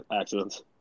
accidents